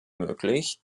möglich